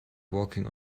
walking